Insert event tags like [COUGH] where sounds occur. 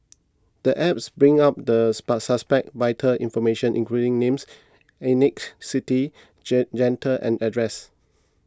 the app brings up the spa suspect's vital information including names ethnicity [UNINTELLIGIBLE] gender and address